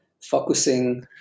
focusing